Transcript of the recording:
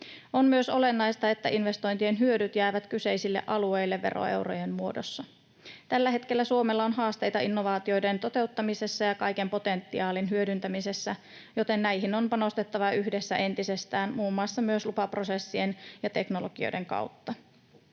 On myös olennaista, että investointien hyödyt jäävät kyseisille alueille veroeurojen muodossa. Tällä hetkellä Suomella on haasteita innovaatioiden toteuttamisessa ja kaiken potentiaalin hyödyntämisessä, joten näihin on panostettava yhdessä entisestään muun muassa myös lupaprosessien ja teknologioiden kautta.